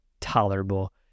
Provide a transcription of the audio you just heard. tolerable